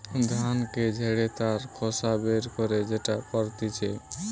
ধানকে ঝেড়ে তার খোসা বের করে যেটা করতিছে